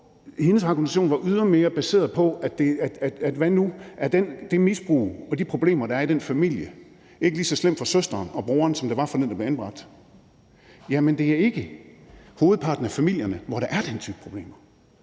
Hendes argumentation var ydermere baseret på, om det misbrug og de problemer, der er i den familie, ikke er lige så slemt for søsteren og broren, som det er for den, der bliver anbragt. Jamen det er ikke hovedparten af familierne, hvor der er den type problemer.